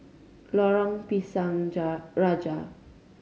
Lorong Pisang Ja Raja